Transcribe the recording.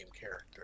character